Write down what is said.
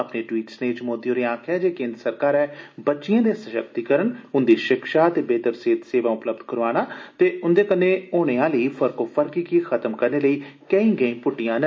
अपने ट्वीट स्नेह च मोदी होरें आक्खेआ जे केन्द्र सरकारै बच्चिएं दे सशक्तिकरण उन्दी शिक्षा ते बेहतर सेहत सेवा उपलब्ध कराना ते उन्दे कन्नै होने आहली फर्को फर्की गी खतम करने लेई केई गैई पुट्टियां न